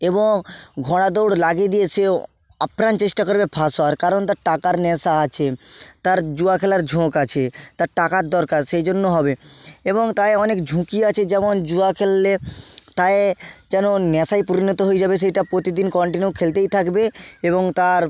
এবং ঘোড়া দৌড় লাগিয়ে দিয়ে সেও আপ্রাণ চেষ্টা করবে ফার্স্ট হওয়ার কারণ তার টাকার নেশা আছে তার জুয়া খেলার ঝোঁক আছে তার টাকার দরকার সেই জন্য হবে এবং তাই অনেক ঝুঁকি আছে যেমন জুয়া খেললে তাই যেন নেশায় পরিণত হয়ে যাবে সেইটা প্রতিদিন কন্টিনিউ খেলতেই থাকবে এবং তার